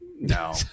No